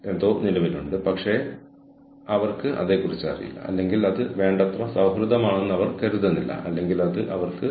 കൂടാതെ ഗെയിമിന് മുന്നിൽ നിൽക്കാൻ എനിക്കുള്ളത് എനിക്ക് വളരെക്കാലം നിലനിർത്താൻ കഴിയുന്ന വെറുമൊരു കാര്യമല്ല ഇത്